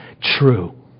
True